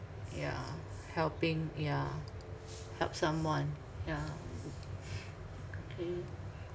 yeah helping yeah help someone yeah okay